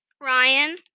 Ryan